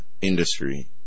industry